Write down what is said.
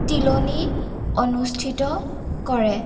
তিলনি অনুষ্ঠিত কৰে